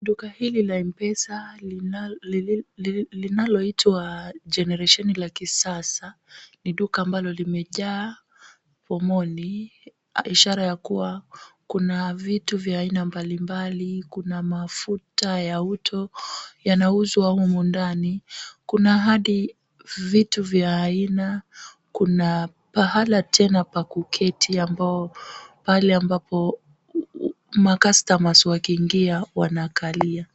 Duka hili la M-Pesa linaloitwa generation ya kisasa ni duka ambalo limejaa pomoni ishara ya kuwa kuna vitu ya aina mbalimbali. Kuna mafuta ya uto yanauzwa humu ndani. Kuna hadi vitu vya aina, kuna pahala pia pa kuketi ambapo macustomers wakiingia wanakalia.